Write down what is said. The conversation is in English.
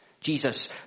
Jesus